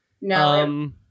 No